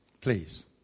please